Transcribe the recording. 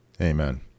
Amen